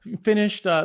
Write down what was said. finished